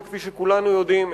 שכפי שכולנו יודעים,